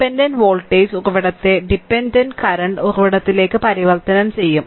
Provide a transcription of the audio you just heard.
dependent voltage ഉറവിടത്തെ dependent current ഉറവിടത്തിലേക്ക് പരിവർത്തനം ചെയ്യും